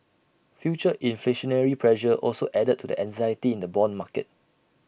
future inflationary pressure also added to the anxiety in the Bond market